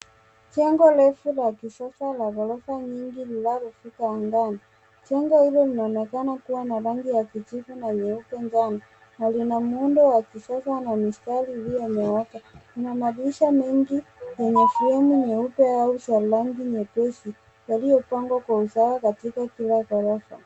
Jengo refu la kisasa la ghorofa nyingi linalopita angani. Jengo hilo linaonekana kuwa na rangi ya kijivu na nyeupe njano na lina muundo wa kisasa na mistari . Ina madirisha mengi yenye sehemu nyeupe au za rangi nyepesi yaliyopangwa kwa usawa katika kila ghorofa.